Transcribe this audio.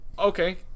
Okay